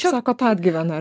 sakot atgyvena